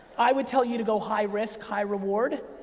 i would tell you to go high risk, high reward,